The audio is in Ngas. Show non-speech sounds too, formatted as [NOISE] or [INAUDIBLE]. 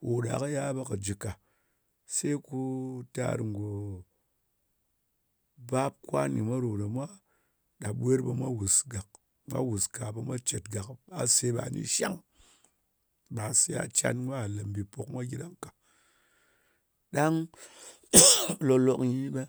kò ɗa kɨ yal ɓe kɨ jɨ ka. Se ko tàr ngò bap, kwan nyɨ mwa ɗo nè mwa ɗap ɓwer ɓe mwa wùs gàk. Mwa wùs, ka ɓe mwa cet gak. A se ɓa ni shang. Bà se gha can kà lē mbì pùk mwa gyɨ ɗang ka. Ɗang [NOISE] lòk-lòk nyi ɓe